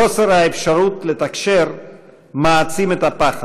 חוסר האפשרות לתקשר מעצים את הפחד.